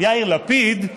יאיר לפיד?